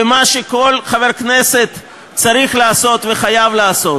ומה שכל חבר כנסת צריך לעשות וחייב לעשות